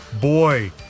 Boy